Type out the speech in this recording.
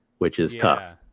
which is tough.